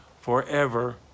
forever